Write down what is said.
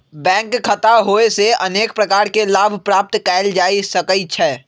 bank खता होयेसे अनेक प्रकार के लाभ प्राप्त कएल जा सकइ छै